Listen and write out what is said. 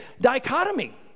dichotomy